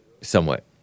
somewhat